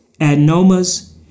adenomas